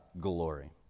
glory